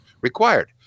required